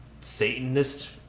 Satanist